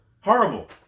Horrible